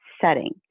setting